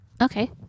Okay